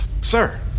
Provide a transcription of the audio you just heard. Sir